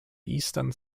eastern